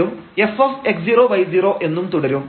ലും fx0y0 എന്നും തുടരും